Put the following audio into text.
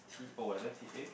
T_O and then T_A